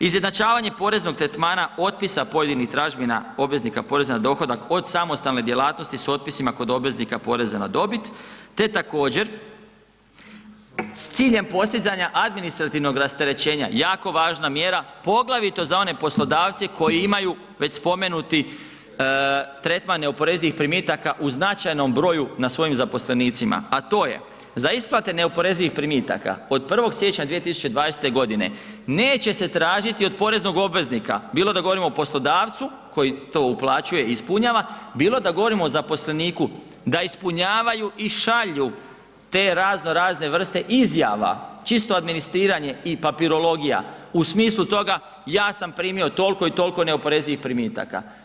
Izjednačavanje poreznog tretmana otpisa pojedinih tražbina obveznika poreza na dohodak od samostalne djelatnosti s otpisima kod obveznika poreza na dobit te također s ciljem postizanja administrativnog rasterećenja, jako važna mjera poglavito za one poslodavce koji imaju već spomenuti tretman neoporezivih primitaka u značajnom broju na svojim zaposlenicima, a to je, za isplate neoporezivih primitaka, od 1. siječnja 2020. g. neće se tražiti od poreznog obveznika, bilo da govorimo o poslodavcu koji to uplaćuje i ispunjava, bilo da govorimo o zaposleniku da ispunjavaju i šalju te razno razne vrste izjava, čisto administriranje i papirologija u smislu toga, ja sam primio toliko i toliko neoporezivih primitaka.